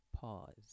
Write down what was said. pause